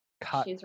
cut